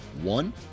one